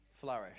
flourish